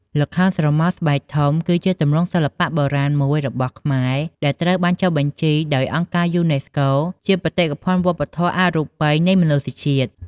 ល្ខោនស្រមោលស្បែកធំ គឺជាទម្រង់សិល្បៈបុរាណមួយរបស់ខ្មែរ ដែលត្រូវបានចុះបញ្ជីដោយអង្គការយូណេស្កូជាបេតិកភណ្ឌវប្បធម៌អរូបីនៃមនុស្សជាតិ។